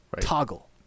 toggle